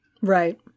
Right